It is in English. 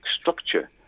structure